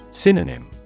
Synonym